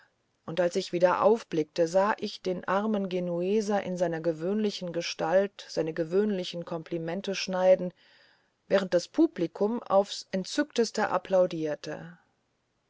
und als ich wieder aufblickte sah ich den armen genueser in seiner gewöhnlichen gestalt seine gewöhnlichen komplimente schneiden während das publikum aufs entzückteste applaudierte